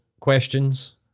questions